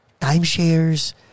timeshares